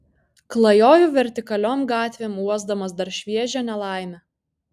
klajoju vertikaliom gatvėm uosdamas dar šviežią nelaimę